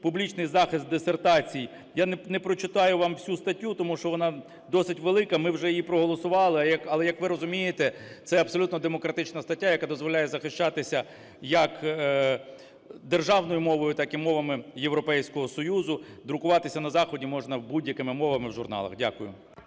Публічний захист дисертацій…" Я не прочитаю вам всю статтю, тому що вона досить велика, ми вже її проголосували. Але, як ви розумієте, це абсолютно демократична стаття, яка дозволяє захищатися як державною мовою, так і мовами Європейського Союзу. Друкуватися на Заході можна будь-якими мовами в журналах. Дякую.